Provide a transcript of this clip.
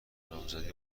نامزدی